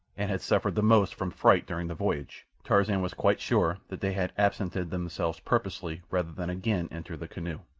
and had suffered the most from fright during the voyage, tarzan was quite sure that they had absented themselves purposely rather than again enter the canoe.